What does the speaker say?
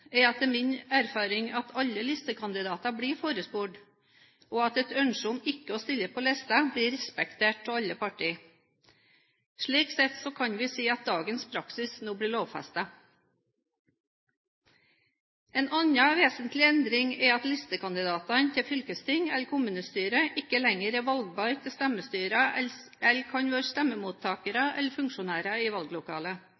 er etter min erfaring at alle listekandidater blir forespurt, og at et ønske om ikke å stille på listen blir respektert av alle partier. Slik sett kan vi si at dagens praksis nå blir lovfestet. En annen vesentlig endring er at listekandidater til fylkesting eller kommunestyrer ikke lenger er valgbare til stemmestyrer eller kan være